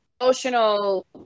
emotional